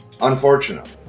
Unfortunately